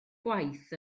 gwaith